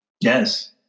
Yes